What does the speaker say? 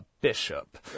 Bishop